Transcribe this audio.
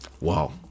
Wow